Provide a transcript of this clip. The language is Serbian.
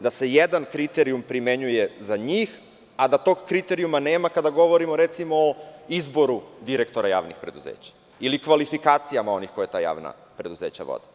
da se jedan kriterijum primenjuje za njih, a da tog kriterijuma nema kada govorimo recimo o izboru direktora javnih preduzeća ili kvalifikacijama onih koja ta javna preduzeća vode.